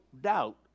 doubt